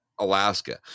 Alaska